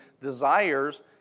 desires